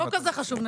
לא כזה חשוב.